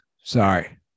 Sorry